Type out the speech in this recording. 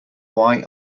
why